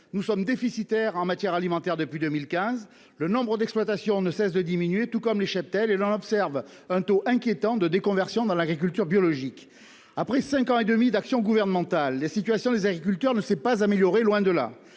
nous sommes déficitaires en matière alimentaire depuis 2015, le nombre d'exploitations ne cesse de diminuer, tout comme les cheptels, et l'on observe un taux inquiétant de des conversions dans l'agriculture biologique. Après 5h et demi d'action gouvernementale, les situations, les agriculteurs ne s'est pas améliorée, loin de là.